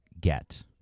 get